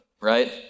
right